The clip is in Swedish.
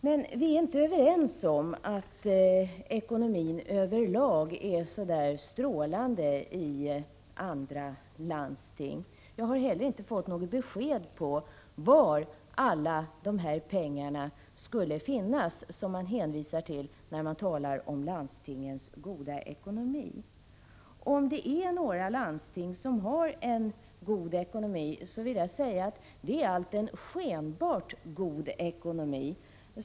Men vi är inte överens om att ekonomin i landstingen över lag är så där strålande. Jag har inte heller fått något besked om var alla de pengar skulle finnas som man hänvisar till när man talar om landstingens goda ekonomi. Om det är några landsting som har en god ekonomi vill jag påstå att det i så fall är en skenbart god ekonomi.